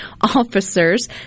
officers